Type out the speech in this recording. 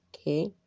Okay